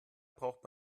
braucht